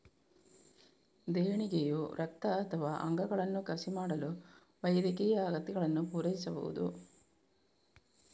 ದೇಣಿಗೆಯು ರಕ್ತ ಅಥವಾ ಅಂಗಗಳನ್ನು ಕಸಿ ಮಾಡಲು ವೈದ್ಯಕೀಯ ಅಗತ್ಯಗಳನ್ನು ಪೂರೈಸಬಹುದು